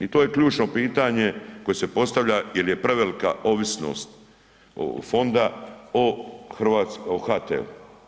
I to je ključno pitanje koje se postavlja jer je prevelika ovisnost Fonda o HT.